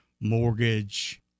mortgage